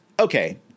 okay